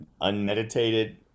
unmeditated